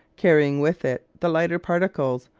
carrying with it the lighter particles,